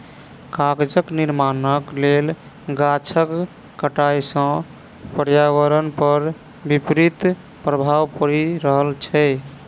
कागजक निर्माणक लेल गाछक कटाइ सॅ पर्यावरण पर विपरीत प्रभाव पड़ि रहल छै